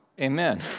Amen